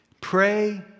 Pray